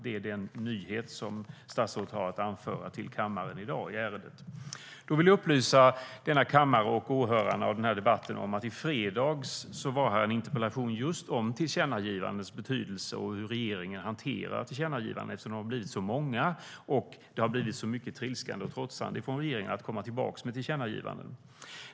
Det är den nyhet som statsrådet har att anföra för kammaren i ärendet i dag. Jag vill upplysa denna kammare och åhörarna av debatten om att i fredags debatterades en interpellation just om tillkännagivandens betydelse och hur regeringen hanterar tillkännagivanden eftersom de har blivit så många och det har blivit så mycket trilskande och trotsande från regeringen när det gäller att efterkomma dem.